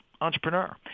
entrepreneur